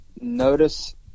Notice